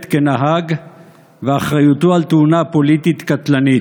כנהג ואחריותו לתאונה פוליטית קטלנית.